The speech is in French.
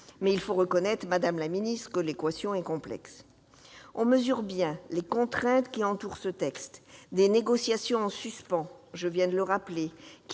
mais il faut reconnaître, madame la ministre, que l'équation est complexe. On mesure bien les contraintes qui entourent ce texte : des négociations en suspens- je viens de le rappeler